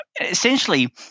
essentially